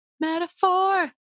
metaphor